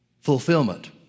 fulfillment